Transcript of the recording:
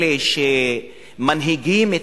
אלה שמנווטים את